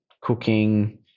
cooking